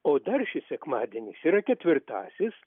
o dar šis sekmadienis yra ketvirtasis